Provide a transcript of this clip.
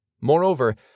Moreover